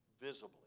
visibly